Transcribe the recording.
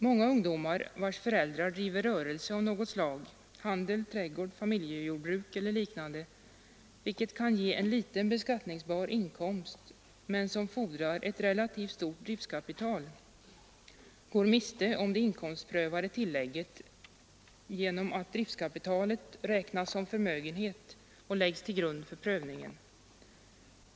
Många ungdomar vilkas föräldrar driver rörelse av något slag — handel, trädgård, familjejordbruk eller liknande, vilket kan ge liten beskattningsbar inkomst men som fordrar ett relativt stort driftskapital — går miste om det inkomstprövade tillägget genom att driftskapitalet räknas som förmögenhet och läggs till grund för prövningen.